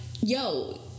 yo